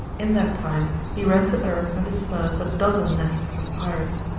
in that time he ran to earth and dispersed a dozen nests of pirates.